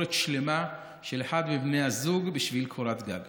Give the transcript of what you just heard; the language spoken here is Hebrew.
כמשכורת שלמה של אחד מבני הזוג בשביל קורת גג.